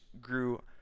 grew